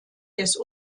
des